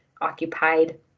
occupied